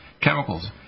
chemicals